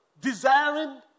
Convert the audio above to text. desiring